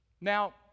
Now